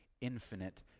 infinite